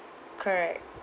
correct